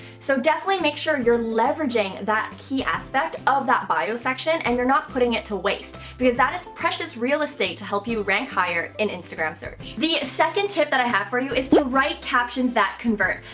so definitely make sure you're leveraging that key aspect of that bio section, and you're not putting it to waste. because that isn't precious real estate to help you rank higher in instagram search. the second tip that i have for you is to write captions that convert.